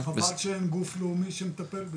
חבל שאין גוף לאומי שמטפל בזה.